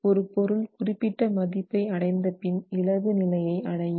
ஒரு பொருள் குறிப்பிட்ட மதிப்பை அடைந்த பின் இளகு நிலையை அடையும்